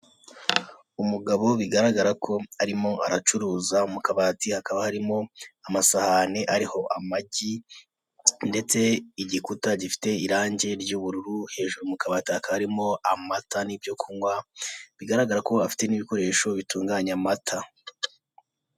Umugabo bigaragara ko arimo aracuruza mu kabati hakaba harimo amasahani ariho amagi, ndetse igikuta gifite irangi ry'ubururu hejuru mu kabati karimo amata n'ibyo kunywa bigaragara ko afite n' ibikoresho bitunganya amata.